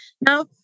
Now